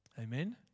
Amen